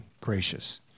gracious